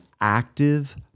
active